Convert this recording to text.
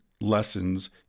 lessons